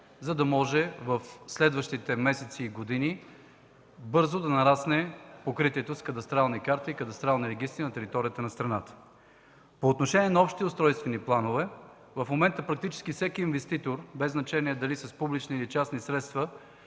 за да може през следващите месеци и години бързо да нарасне покритието с кадастрални карти и регистри на територията на страната. По отношение на общите устройствени планове, в момента практически всеки инвеститор, без значение дали с публични или с частни средства,